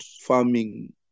farming